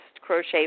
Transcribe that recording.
crochet